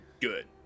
good